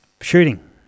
Shooting